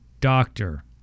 Doctor